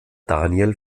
daniel